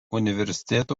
universitetų